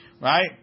Right